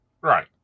right